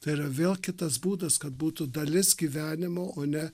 tai yra vėl kitas būdas kad būtų dalis gyvenimo o ne